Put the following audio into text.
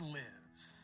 lives